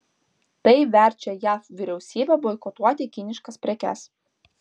tai verčia jav vyriausybę boikotuoti kiniškas prekes